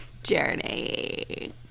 journey